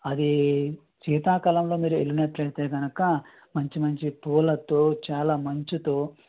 అది శీతాకాలంలో మీరు వెళ్ళినట్లైతే కనుక మంచి మంచి పూలతో చాలా మంచుతో